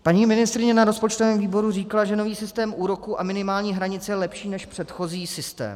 Paní ministryně na rozpočtovém výboru říkala, že nový systém úroků a minimální hranice je lepší než předchozí systém.